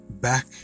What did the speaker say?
back